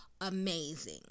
amazing